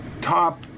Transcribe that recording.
top